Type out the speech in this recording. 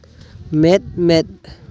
ᱢᱮᱫ ᱢᱮᱫ